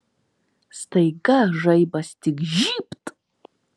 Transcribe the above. staiga žaibas tik žybt